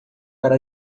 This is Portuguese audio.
para